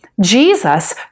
Jesus